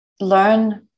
learn